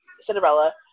Cinderella